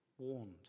Warned